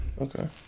Okay